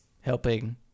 helping